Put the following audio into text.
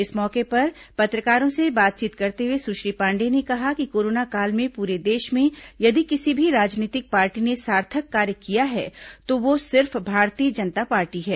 इस मौके पर पत्रकारों से बातचीत करते हुए सुश्री पांडेय ने कहा कि कोरोना काल में पूरे देश में यदि किसी भी राजनीतिक पार्टी ने सार्थक कार्य किया है तो वह सिर्फ भारतीय जनता पार्टी है